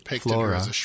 Flora